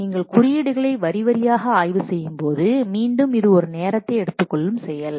நீங்கள் குறியீடுகளை வரிவரியாக ஆய்வு செய்யும்போது மீண்டும் இது ஒரு நேரத்தை எடுத்துக்கொள்ளும் செயல்